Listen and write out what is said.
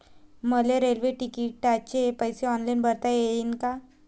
मले रेल्वे तिकिटाचे पैसे ऑनलाईन भरता येईन का?